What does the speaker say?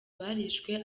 barishwe